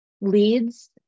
leads